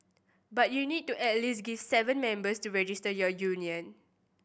but you need at least seven members to register your union